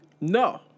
No